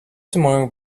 tomorrow